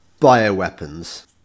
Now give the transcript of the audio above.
bioweapons